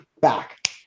back